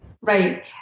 Right